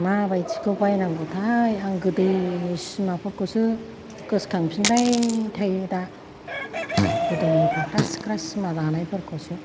माबादिखौ बायनांगौ थाय आं गोदोनि सिमा फोरखौसो गोसोखां फिनबाय थायो दा गोदोनि फाख्रा सिख्रा सिमा दानाय फोरखौसो